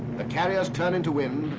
the carriers turn into wind.